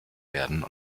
werden